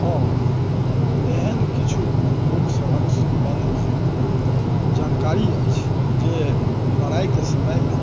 हँ एहन किछु लोक सभक सम्बन्ध मे जानकारी अछि जे लड़ाई के समय मे